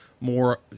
more